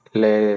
le